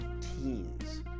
teens